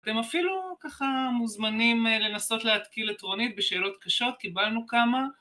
אתם אפילו ככה מוזמנים לנסות להתקיל את רונית בשאלות קשות, קיבלנו כמה.